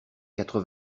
quatre